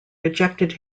rejected